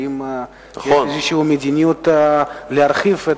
האם יש מדיניות להרחיב?